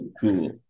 Cool